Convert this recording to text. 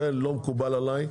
זה לא מקובל עליי.